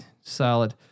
solid